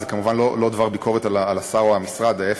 זה כמובן לא דבר ביקורת על השר או המשרד, ההפך.